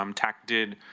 um tac did